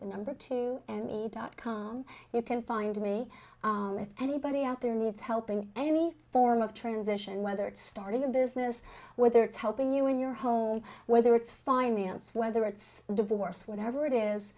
dot number two and meet dot com you can find me if anybody out there needs help in any form of transition whether it's starting a business whether it's helping you in your home whether it's finance whether it's divorce whatever it is